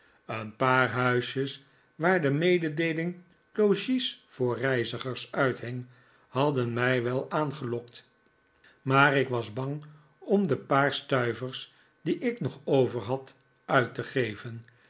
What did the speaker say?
een paar huisjes waar de mededeeling logies voor reizigers uithing hadden mij wel aangelokt maar ik was bang om de paar stuivers die ik nog overhad uit te geven